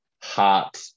heart